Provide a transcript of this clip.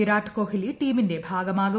വിരാട് കോഹ്ലി ടീമിന്റെ ഭാഗമാകും